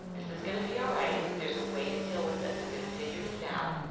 this is going to be all right. there is a way to deal with this. i'm going to figure this out.